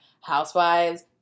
Housewives